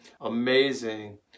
amazing